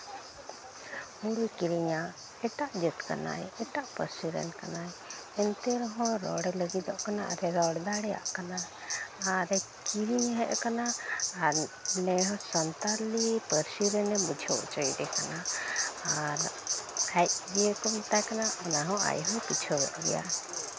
ᱦᱳᱲᱳ ᱠᱤᱨᱤᱧᱟᱭ ᱮᱴᱟᱜ ᱡᱟᱹᱛ ᱨᱮᱱ ᱠᱟᱱᱟᱭ ᱮᱴᱟᱜ ᱯᱟᱹᱨᱥᱤ ᱨᱮᱱ ᱠᱟᱱᱟᱭ ᱮᱱᱛᱮ ᱨᱮᱦᱚᱸ ᱨᱚᱲ ᱞᱟᱹᱜᱤᱫᱚᱜ ᱠᱟᱱᱟ ᱟᱨᱮᱭ ᱨᱚᱲ ᱫᱟᱲᱮᱭᱟᱜ ᱠᱟᱱᱟ ᱟᱨ ᱠᱤᱨᱤᱧᱮ ᱦᱮᱡ ᱠᱟᱱᱟ ᱟᱨ ᱱᱮᱦᱚᱲ ᱥᱟᱱᱛᱟᱲᱤ ᱯᱟᱹᱨᱥᱤ ᱨᱮᱱᱮ ᱵᱩᱡᱷᱟᱹᱣ ᱦᱚᱪᱚᱭᱮᱫᱮ ᱠᱟᱱᱟ ᱟᱨ ᱟᱡ ᱡᱮ ᱠᱚ ᱢᱮᱛᱟᱭ ᱠᱟᱱᱟ ᱚᱱᱟ ᱦᱚᱸ ᱟᱡ ᱦᱚᱸᱭ ᱵᱩᱡᱷᱟᱹᱣᱮᱫ ᱜᱮᱭᱟ